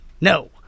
No